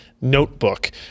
Notebook